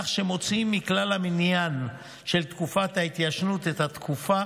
כך שמוציאים מכלל המניין של תקופת ההתיישנות את התקופה